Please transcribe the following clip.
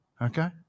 Okay